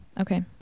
Okay